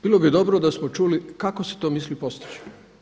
Bilo bi dobro da smo čuli kako se to misli postići?